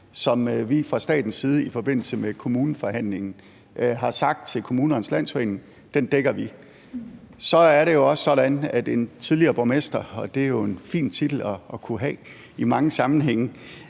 som vi fra statens side i forbindelse med kommuneforhandlingerne har sagt til Kommunernes Landsforening at vi dækker. Så er det jo også sådan, at en tidligere borgmester, og det er jo en fin titel at have i mange sammenhænge,